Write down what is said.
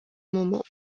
moment